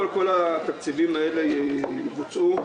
כל התקציבים האלה יבוצעו.